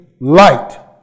light